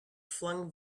flung